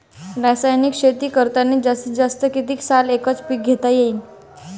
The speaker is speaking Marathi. रासायनिक शेती करतांनी जास्तीत जास्त कितीक साल एकच एक पीक घेता येईन?